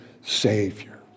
Savior